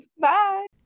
Bye